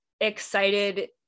excited